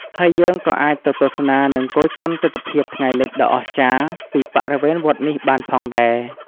ហើយយើងក៏អាចទៅទស្សនានឹងគយគន់ទិដ្ឋភាពថ្ងៃលិចដ៏អស្ចារ្យពីបរិវេណវត្តនេះបានផងដែរ ។